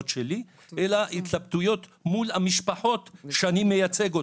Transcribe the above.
שלי אלא התלבטויות מול המשפחות שאני מייצג אותם.